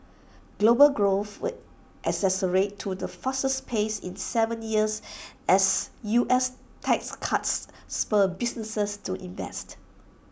global growth will accelerate to the fastest pace in Seven years as U S tax cuts spur businesses to invest